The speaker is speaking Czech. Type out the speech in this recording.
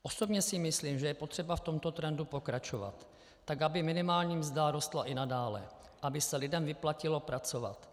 Osobně si myslím, že je potřeba v tomto trendu pokračovat tak, aby minimální mzda rostla i nadále, aby se lidem vyplatilo pracovat.